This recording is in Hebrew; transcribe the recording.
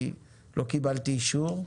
כי לא קיבלתי אישור.